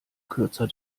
kürzer